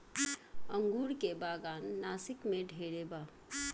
अंगूर के बागान नासिक में ढेरे बा